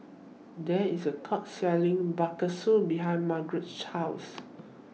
There IS A Food Court Selling Bakso behind Margeret's House